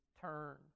turn